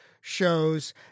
shows